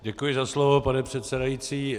Děkuji za slovo, pane předsedající.